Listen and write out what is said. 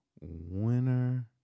winner